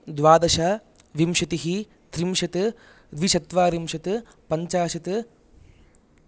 द्वादश विंशतिः त्रिंशत् द्विचत्वारिंशत् पञ्चाशत्